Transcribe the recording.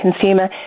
consumer